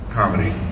comedy